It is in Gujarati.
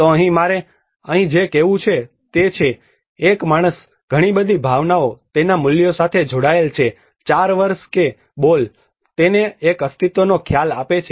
તો અહીં મારે અહીં જે કહેવું છે તે છે એક માણસ ઘણી બધી ભાવનાઓ તેના મૂલ્યો સાથે જોડાયેલ છે 4 વર્ષ કે બોલ તેને એક અસ્તિત્વનો ખ્યાલ આપે છે